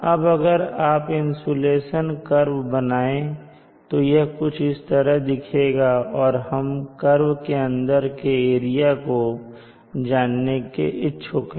अब अगर आप इंसुलेशन कर्व बनाएं तो यह कुछ इस तरह दिखेगा और हम इस कर्व के अंदर के एरिया को जानने के इच्छुक हैं